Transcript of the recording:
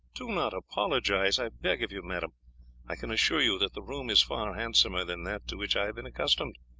do not apologize, i beg of you, madam. i can assure you that the room is far handsomer than that to which i have been accustomed.